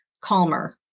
calmer